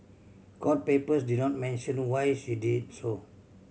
court papers did not mention why she did so